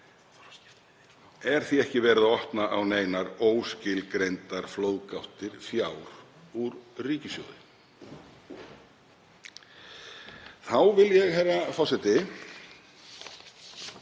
er því ekki verið að opna á neinar óskilgreindar flóðgáttir fjár úr ríkissjóði. Þá vil ég, herra forseti,